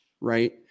right